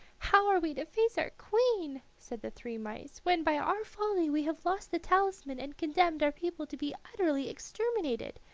how are we to face our queen, said the three mice when by our folly we have lost the talisman and condemned our people to be utterly exterminated?